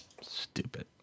Stupid